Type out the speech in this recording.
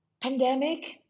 Pandemic